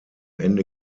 ende